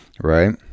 right